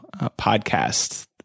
podcast